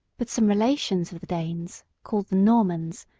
but some relations of the danes, called the normans,